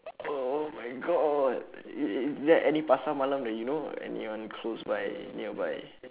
o~ oh my god i~ is there any pasar malam that you know anyone close by near by